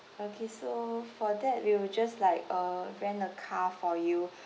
okay so for that we will just like uh rent a car for you